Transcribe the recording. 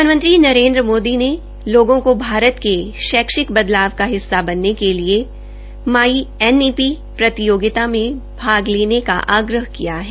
प्रधानमंत्री नरेन्द्र मोदी ने लोगों को भारत के शैक्षिक बदलाव का हिस्सा बनने के लिए माई एन ई पी प्रतियोगिता में भाग लेने का आग्रह किया है